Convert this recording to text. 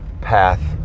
path